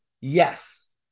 Yes